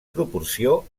proporció